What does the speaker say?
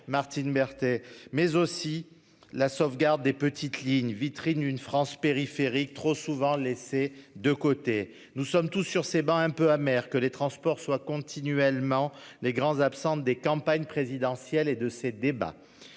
Martine Berthet mais aussi la sauvegarde des petites lignes vitrine une France périphérique trop souvent laissé de côté. Nous sommes tous sur ces bancs, un peu amer que les transports soient continuellement les grands absents des campagnes présidentielles et de ces débats.